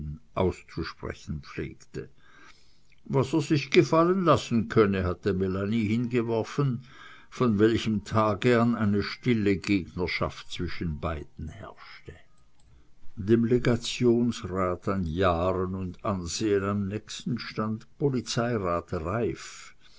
auszusprechen pflegte was er sich gefallen lassen könne hatte melanie hingeworfen von welchem tag an eine stille gegnerschaft zwischen beiden herrschte dem legationsrat an jahren und ansehn am nächsten stand